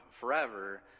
forever